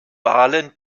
wahlen